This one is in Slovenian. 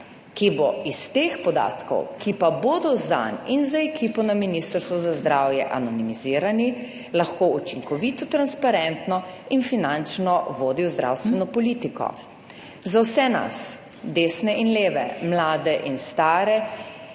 ki bo iz teh podatkov, ki pa bodo zanj in za ekipo na Ministrstvu za zdravje anonimizirani, lahko učinkovito, transparentno in finančno vodil zdravstveno politiko, za vse nas, desne in leve, mlade in stare,